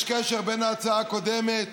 יש קשר בין ההצעה הקודמת